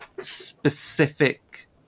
specific